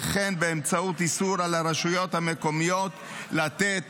וכן באמצעות איסור על הרשויות המקומיות לתת